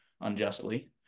unjustly